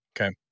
Okay